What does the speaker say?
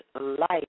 life